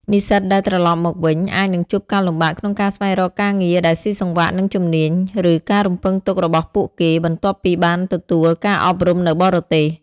និស្សិតដែលត្រឡប់មកវិញ អាចនឹងជួបការលំបាកក្នុងការស្វែងរកការងារដែលស៊ីសង្វាក់នឹងជំនាញ ឬការរំពឹងទុករបស់ពួកគេ បន្ទាប់ពីបានទទួលការអប់រំនៅបរទេស។